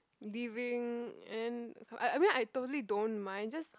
leaving then I I mean I totally don't mind just